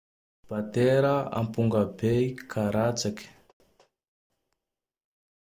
Batera, aponga bey, karatsaky.